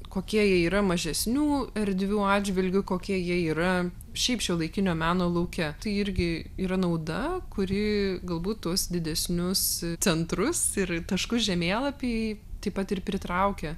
kokie jie yra mažesnių erdvių atžvilgiu kokie jie yra šiaip šiuolaikinio meno lauke tai irgi yra nauda kuri galbūt tuos didesnius centrus ir taškus žemėlapy taip pat ir pritraukia